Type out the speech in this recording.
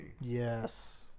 Yes